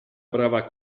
brava